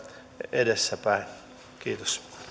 edessäpäin kiitos